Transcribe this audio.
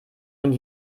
und